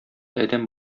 адәм